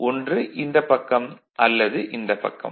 ஒன்று இந்தப் பக்கம் அல்லது இந்தப் பக்கம்